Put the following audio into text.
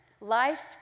Life